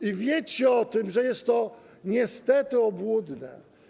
I wiecie o tym, że jest to niestety obłudne.